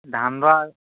ধান দোৱা